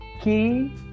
key